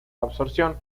absorción